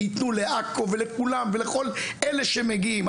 ויתנו לעכו ולכולם ולכל אלה שמגיעים.